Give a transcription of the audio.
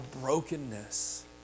brokenness